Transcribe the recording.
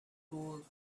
gold